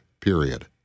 period